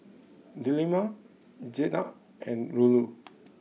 Delima Jenab and Nurul